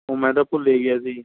ਓ ਮੈਂ ਤਾਂ ਭੁੱਲ ਹੀ ਗਿਆ ਸੀ